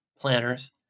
planners